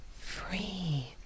free